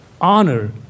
Honor